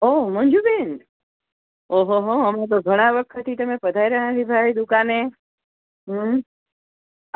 ઓહ મંજુબેન ઓહોહો અમે તો ઘણા વખતથી તમે પધાર્યા નથી ભાઈ દુકાને હં